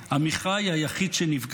עמיחי היחיד שנפגע.